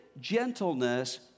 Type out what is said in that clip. gentleness